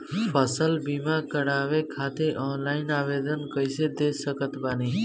फसल बीमा करवाए खातिर ऑनलाइन आवेदन कइसे दे सकत बानी?